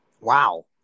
Wow